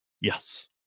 Yes